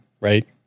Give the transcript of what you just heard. right